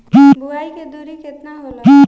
बुआई के दुरी केतना होला?